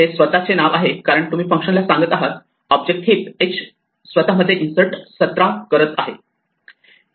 हे स्वतःचे नाव आहे कारण तुम्ही फंक्शनला सांगत आहात ऑब्जेक्ट हीप h स्वतःमध्ये इन्सर्ट 17 करत आहे